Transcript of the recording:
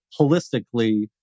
holistically